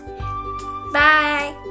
bye